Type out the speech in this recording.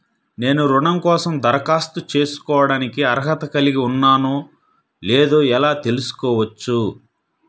నేను రుణం కోసం దరఖాస్తు చేసుకోవడానికి అర్హత కలిగి ఉన్నానో లేదో ఎలా తెలుసుకోవచ్చు?